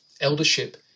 Eldership